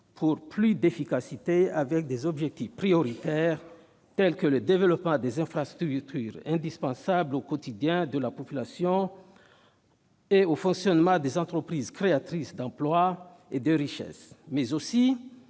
pour plus d'efficacité, avec des objectifs prioritaires tels que le développement des infrastructures indispensables au quotidien de la population et au fonctionnement des entreprises créatrices d'emplois et de richesses, mais aussi